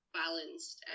balanced